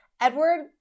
Edward